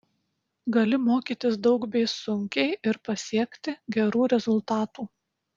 gali mokytis daug bei sunkiai ir pasiekti gerų rezultatų